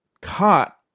caught